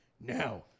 Now